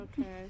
Okay